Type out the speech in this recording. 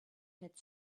had